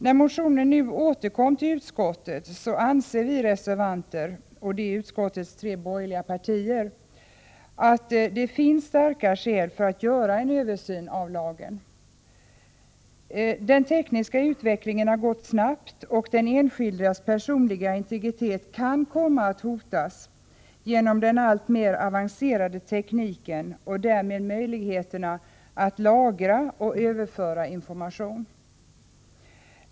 När motionen nu har återkommit till utskottet anser vi reservanter — utskottets tre borgerliga partier — att det finns starka skäl för att göra en översyn av lagen. Den tekniska utvecklingen har gått snabbt, och den enskildes personliga integritet kan komma att hotas genom den alltmer avancerade tekniken och därmed möjligheterna att lagra och överföra information.